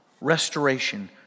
restoration